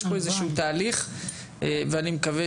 יש פה איזשהו תהליך ואני מקווה